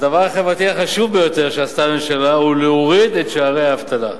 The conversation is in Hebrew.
הדבר החברתי החשוב ביותר שעשתה הממשלה הוא הורדת שיעורי האבטלה.